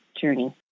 journey